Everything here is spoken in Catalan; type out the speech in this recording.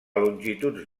longituds